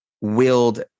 willed